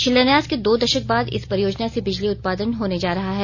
शिलान्यास के दो दशक बाद इस परियोजना से बिजली उत्पादन होने जा रहा है